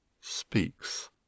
speaks